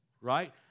right